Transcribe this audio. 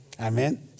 Amen